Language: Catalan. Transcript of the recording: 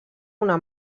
una